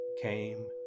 came